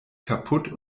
kaputt